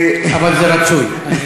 אבל זה רצוי.